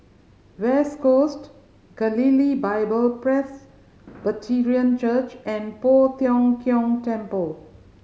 West Coast Galilee Bible Presbyterian Church and Poh Tiong Kiong Temple